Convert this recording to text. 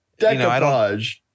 Decoupage